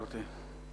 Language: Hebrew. בבקשה, גברתי.